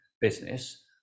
business